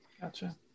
Gotcha